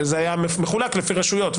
כן הייתי חושב שזה יהיה מחולק לפי רשויות,